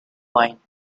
wine